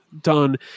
done